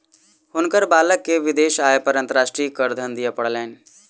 हुनकर बालक के विदेशी आय पर अंतर्राष्ट्रीय करधन दिअ पड़लैन